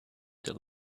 that